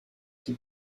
qui